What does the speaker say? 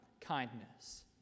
kindness